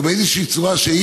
או באיזושהי צורה,